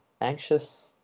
anxious